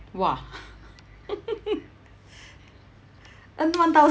!wah! earn one thousand